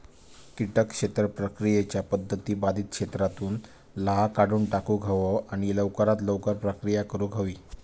किटक क्षेत्र प्रक्रियेच्या पध्दती बाधित क्षेत्रातुन लाह काढुन टाकुक हवो आणि लवकरात लवकर प्रक्रिया करुक हवी